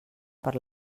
per